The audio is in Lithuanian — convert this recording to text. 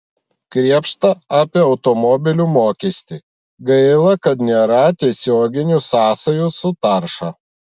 krėpšta apie automobilių mokestį gaila kad nėra tiesioginių sąsajų su tarša